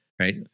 right